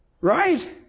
Right